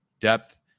depth